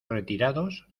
retirados